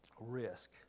risk